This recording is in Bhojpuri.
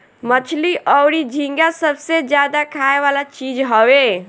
मछली अउरी झींगा सबसे ज्यादा खाए वाला चीज हवे